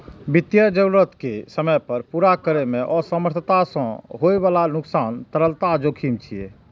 वित्तीय जरूरत कें समय पर पूरा करै मे असमर्थता सं होइ बला नुकसान तरलता जोखिम छियै